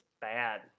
bad